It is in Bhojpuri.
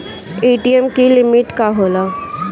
ए.टी.एम की लिमिट का होला?